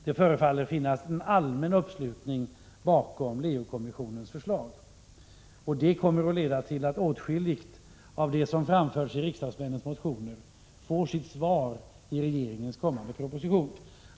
Det förefaller vara en allmän uppslutning bakom Leo-kommissionens förslag, och det kommer att leda till att åtskilligt av det som har framförts i riksdagsmännens motioner får sitt svar i regeringens kommande proposition.